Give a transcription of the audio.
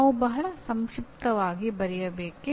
ನಾವು ಬಹಳ ಸಂಕ್ಷಿಪ್ತವಾಗಿ ಬರೆಯಬೇಕೇ